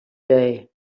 day